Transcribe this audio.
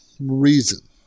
reason